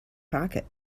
pocket